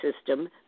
system